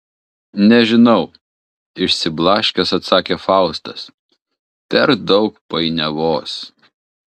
nežinau išsiblaškęs atsakė faustas per daug painiavos